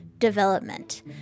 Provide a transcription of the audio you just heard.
Development